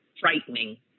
frightening